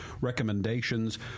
recommendations